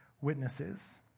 witnesses